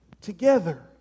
Together